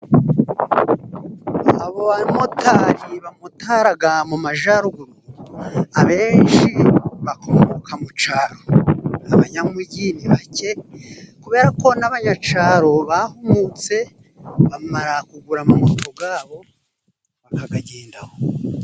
Abo bamotari bamotara mu majyaruguru, abenshi bakomoka mu cyaro. Abanyamujyi ni bake kubera ko n'abanyacyaro bahumutse, bamara kugura moto zabo bakazigendaho.